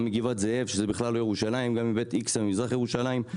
גם מגבעת זאב שהיא לא בירושלים וגם מבית איכסא במזרח ירושלים,